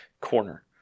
corner